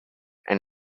and